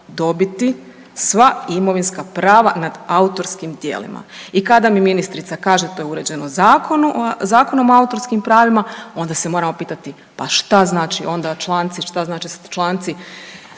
dobiti sva imovinska prava nad autorskim djelima. I kada mi ministrica kaže to je uređeno Zakonom o autorskim pravima, onda se moramo pitati pa šta znači onda članci 93. ili članci